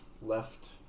left